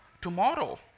tomorrow